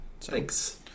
Thanks